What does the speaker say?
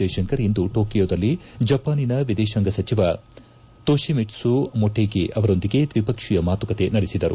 ಜೈಸಂಕರ್ ಇಂದು ಟೋಕಿಯೋದಲ್ಲಿ ಜಪಾನಿನ ವಿದೇಶಾಂಗ ಸಚಿವ ತೊತಿಮಿಟ್ಟು ಮೊಟೇಗಿ ಅವರೊಂದಿಗೆ ದ್ವಿಪಕ್ಷೀಯ ಮಾತುಕತೆ ನಡೆಸಿದರು